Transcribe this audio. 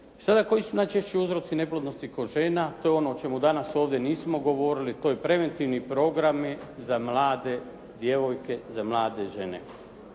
Sada koji su najčešći uzroci neplodnosti kod žena, to je ono o čemu ovdje danas nismo govorili. To je preventivni programi za mlade djevojke, za mlade žene.